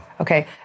okay